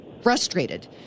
frustrated